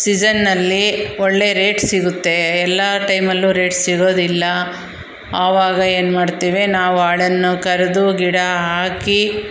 ಸಿಸನ್ನಲ್ಲಿ ಒಳ್ಳೆಯ ರೇಟ್ ಸಿಗುತ್ತೆ ಎಲ್ಲ ಟೈಮಲ್ಲೂ ರೇಟ್ ಸಿಗೋದಿಲ್ಲ ಆವಾಗ ಏನು ಮಾಡ್ತೀವಿ ನಾವು ಆಳನ್ನು ಕರೆದು ಗಿಡ ಹಾಕಿ